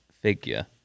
figure